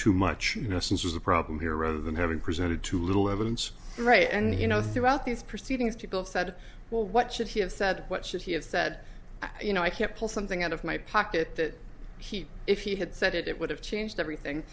too much you know since there's a problem here rather than having presented too little evidence right and you know throughout these proceedings people said well what should he have said what should he have said you know i can't pull something out of my pocket that he if he had said it it would have changed everything